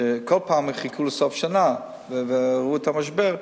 לאור זה שכל פעם חיכו לסוף שנה וראו את המשבר,